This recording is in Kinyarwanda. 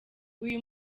uyu